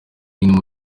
bimwe